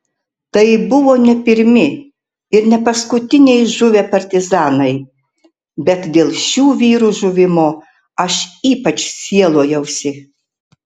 tai buvo ne pirmi ir ne paskutiniai žuvę partizanai bet dėl šių vyrų žuvimo aš ypač sielojausi